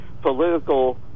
political